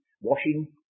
washing